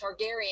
Targaryen